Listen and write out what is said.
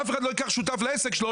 אף אחד לא ייקח שותף לעסק שלו,